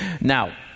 Now